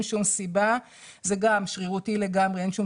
אין שום סיבה וזה שרירותי לגמרי ואין שום